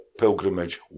pilgrimage